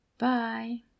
Bye